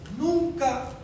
nunca